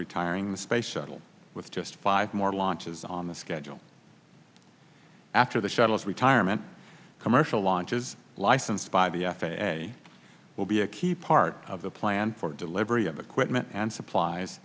retiring the space shuttle with just five more launches on the schedule after the shuttle's retirement commercial launches licensed by the f a a will be a key part of the plan for delivery of equipment and supplies